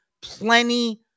plenty